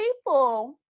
people